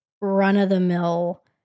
run-of-the-mill